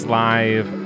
live